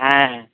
হ্যাঁ